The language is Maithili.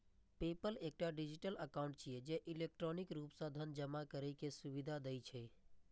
पेपल एकटा डिजिटल एकाउंट छियै, जे इलेक्ट्रॉनिक रूप सं धन जमा करै के सुविधा दै छै